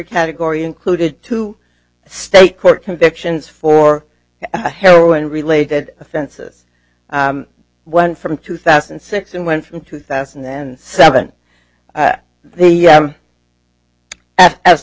category included two state court convictions for heroin related offenses one from two thousand and six and one from two thousand and seven the th